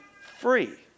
free